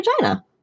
vagina